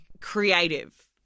creative